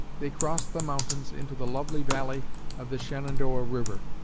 they crossed the mountains into the lovely valley of the shenandoah river.